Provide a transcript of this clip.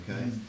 Okay